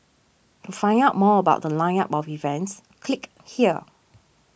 to find out more about The Line up of events click here